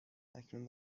اکنون